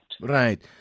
Right